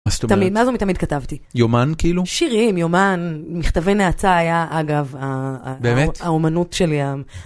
מה זאת אומרת? תמיד, מה זאת אומרת תמיד כתבתי? יומן כאילו? שירים, יומן, מכתבי נעצה היה אגב, האמנות שלי היה...